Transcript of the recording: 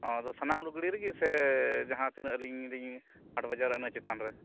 ᱚᱻ ᱟᱫᱚ ᱥᱟᱱᱟᱢ ᱞᱩᱜᱽᱲᱤᱡ ᱨᱮᱜᱮ ᱥᱮ ᱡᱟᱦᱟᱸ ᱛᱤᱱᱟᱹᱜ ᱟᱹᱞᱤᱧ ᱞᱤᱧ ᱦᱟᱴ ᱵᱟᱡᱟᱨᱟ ᱤᱱᱟᱹ ᱪᱮᱛᱟᱱᱨᱮ